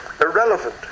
irrelevant